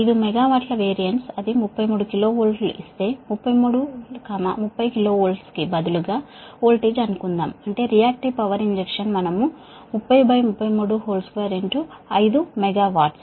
5 mega VAR అది 33 kV ఇస్తే 33 30 kV కి బదులుగా వోల్టేజ్ అనుకుందాం అంటే రియాక్టివ్ పవర్ ఇంజెక్షన్ మనం 30332 5 మెగావాట్